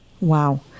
Wow